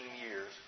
years